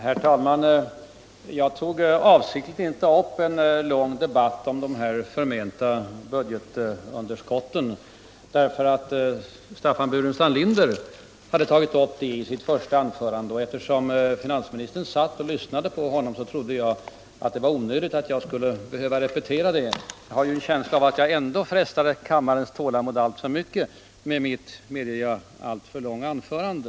Herr talman! Jag tog avsiktligt inte upp en lång debatt om de förmenta budgetunderskotten, då Staffan Burenstam Linder hade tagit upp detta i sitt första anförande. Eftersom finansministern satt här och lyssnade på honom, trodde jag inte att jag skulle behöva repetera vad han sagt. Jag har en känsla av att jag ändå frestade kammarens tålamod med mitt —- det medger jag — alltför långa anförande.